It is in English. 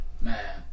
Man